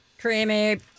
Creamy